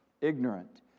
Ignorant